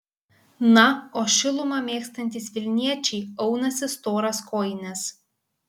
na o šilumą mėgstantys vilniečiai aunasi storas kojines